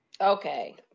Okay